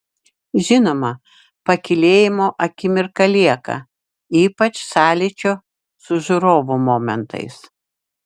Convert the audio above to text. žinoma pakylėjimo akimirkų lieka ypač sąlyčio su žiūrovu momentais